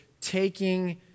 taking